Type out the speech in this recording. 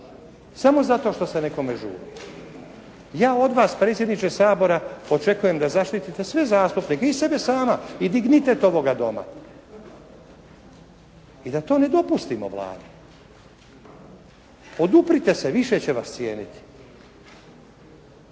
samo zato što se nekome žuri. Ja od vas predsjedniče Sabora očekujem da zaštitite sve zastupnike i sebe sama i dignitet ovoga Doma. I da to ne dopustimo Vladi. Oduprite se, više će vas cijeniti.